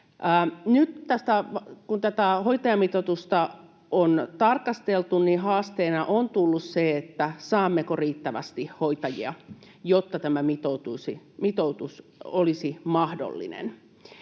Nyt, kun tätä hoitajamitoitusta on tarkasteltu, haasteeksi on tullut se, saammeko riittävästi hoitajia, jotta tämä mitoitus olisi mahdollinen.